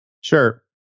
Sure